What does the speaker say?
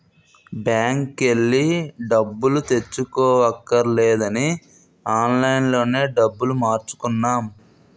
బాంకెల్లి డబ్బులు తెచ్చుకోవక్కర్లేదని ఆన్లైన్ లోనే డబ్బులు మార్చుకున్నాం